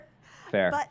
fair